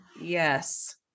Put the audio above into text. Yes